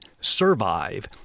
survive